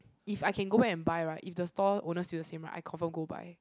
if I can go back and buy right if the store owner still the same right I confirm go buy